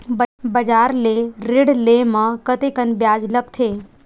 बजार ले ऋण ले म कतेकन ब्याज लगथे?